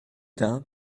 dain